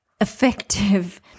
effective